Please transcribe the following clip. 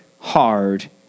hard